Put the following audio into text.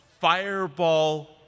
fireball